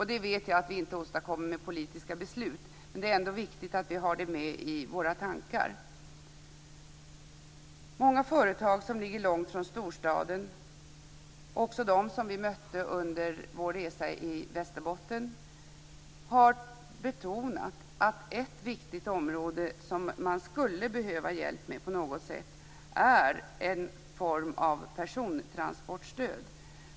Det vet jag att vi inte åstadkommer med politiska beslut, men det är ändå viktigt att vi har det med i våra tankar. Många företag som ligger långt från storstaden, också de som vi mötte under vår resa i Västerbotten, har betonat att ett viktigt område som man skulle behöva hjälp med på något sätt är en form av persontransportstöd.